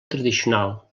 tradicional